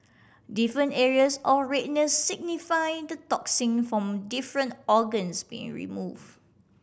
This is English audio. different areas of redness signify the toxin from different organs being remove